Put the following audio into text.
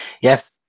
yes